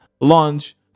launch